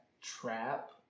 trap